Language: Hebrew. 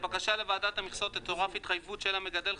לבקשה לוועדת המכסות תצורף התחייבות של המגדל,